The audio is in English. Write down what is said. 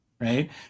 right